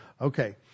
Okay